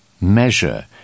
measure